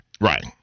Right